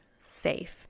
safe